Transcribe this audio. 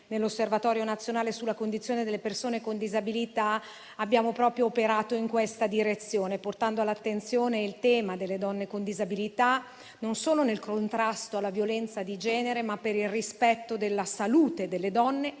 nell'Osservatorio nazionale sulla condizione delle persone con disabilità abbiamo operato proprio in questa direzione, portando all'attenzione il tema delle donne con disabilità non solo nel contrasto alla violenza di genere, ma per il rispetto della salute delle donne